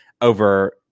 over